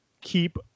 keep